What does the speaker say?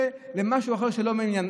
בגלל שבעלה לא לומד אנתרופולוגיה?